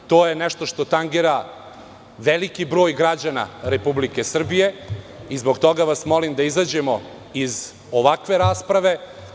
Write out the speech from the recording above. To je nešto što tangira veliki broj građana Republike Srbije i zbog toga vas molim da izađemo iz ovakve rasprave.